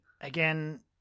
Again